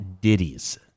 ditties